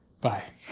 Bye